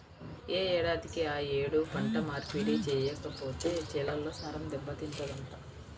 యే ఏడాదికి ఆ యేడు పంట మార్పిడి చెయ్యకపోతే చేలల్లో సారం దెబ్బతింటదంట